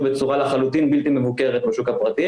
בצורה לחלוטין בלתי מבוקרת בשוק הפרטי,